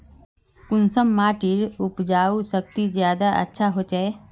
कुंसम माटिर उपजाऊ शक्ति ज्यादा अच्छा होचए?